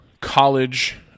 College